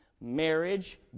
marriage